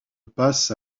passe